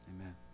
Amen